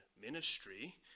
ministry